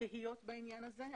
תהיות בעניין הזה,